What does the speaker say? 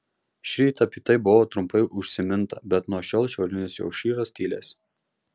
šįryt apie tai buvo trumpai užsiminta bet nuo šiol šiaurinis jorkšyras tylės